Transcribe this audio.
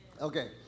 Okay